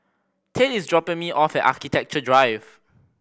tate is dropping me off at Architecture Drive